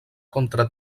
contra